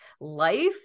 life